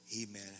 Amen